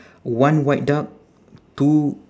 one white duck two